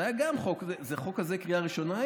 זה היה גם חוק, זה היה החוק הזה בקריאה ראשונה?